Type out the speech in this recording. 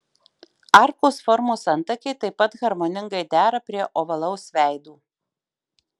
arkos formos antakiai taip pat harmoningai dera prie ovalaus veido